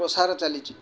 ପ୍ରସାର ଚାଲିଛି